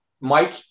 Mike